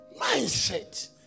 Mindset